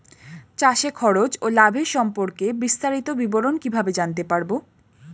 চাষে খরচ ও লাভের সম্পর্কে বিস্তারিত বিবরণ কিভাবে জানতে পারব?